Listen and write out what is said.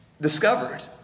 discovered